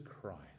Christ